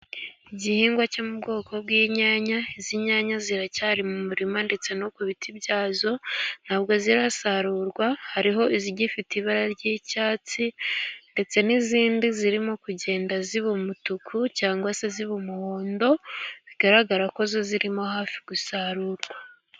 Igihingwa cyo mu bwoko bw'inyanya; izi nyanya ziracyari mu murima ndetse no ku biti byazo ,ntabwo zirasarurwa, hariho izigifite ibara ry'icyatsi, ndetse n'izindi zirimo kugenda ziba umutuku cyangwa se ziba umuhondo bigaragara ko zo zirimo hafi gusarurwa.